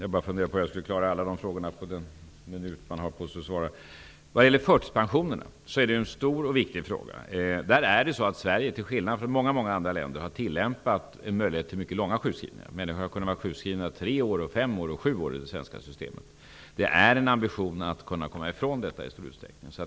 Herr talman! Folkpensionerna är en stor och viktig fråga. Till skillnad från andra länder har Sverige tillämpat en möjlighet till mycket långa sjukskrivningar. Människor har kunnat vara sjukskrivna ända upp till sju år i det svenska systemet. Ambitionen är att kunna komma ifrån detta i stor utsträckning.